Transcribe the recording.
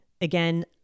again